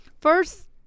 First